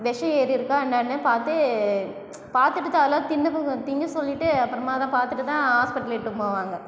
விஷம் ஏறிருக்க என்னெனு பார்த்து பார்த்துட்டுத்தான் அதெல்லாம் திங்கை சொல்லிட்டு அப்புறமாதான் பார்த்துட்டுத்தான் ஹாஸ்ப்பிடல் இழுட்ன்னு போவாங்க